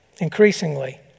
Increasingly